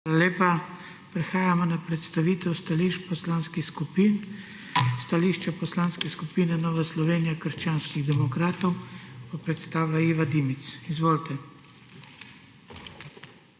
lepa. Prehajamo na predstavitev stališč poslanskih skupin. Stališče Poslanske skupine Nove Slovenije - krščanskih demokratov bo predstavila Iva Dimic. Izvolite.